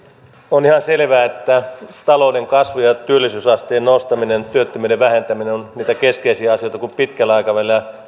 on ihan selvää että talouden kasvu ja työllisyysasteen nostaminen työttömyyden vähentäminen ovat niitä keskeisiä asioita kun pitkällä aikavälillä